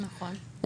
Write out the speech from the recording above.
נכון.